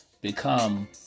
become